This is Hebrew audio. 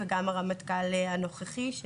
וגם הרמטכ"ל הנוכחי,